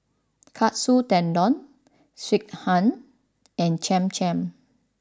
Katsu Tendon Sekihan and Cham Cham